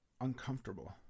Uncomfortable